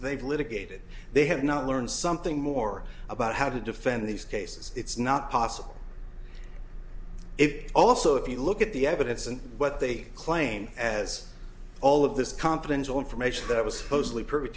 they've litigated they have not learned something more about how to defend these cases it's not possible it also if you look at the evidence and what they claim as all of this competence or information that was supposedly p